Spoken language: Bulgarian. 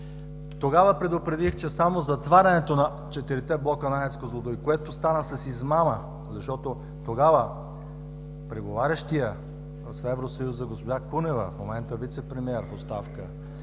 Тогава предупредих, че само затварянето на четирите блока на АЕЦ „Козлодуй“, което стана с измама, защото тогава преговарящият с Евросъюза госпожа Кунева, в момента вицепремиер в оставка,